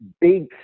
big